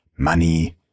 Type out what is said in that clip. Money